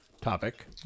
topic